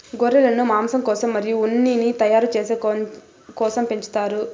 గొర్రెలను మాంసం కోసం మరియు ఉన్నిని తయారు చేసే కోసం పెంచుతారు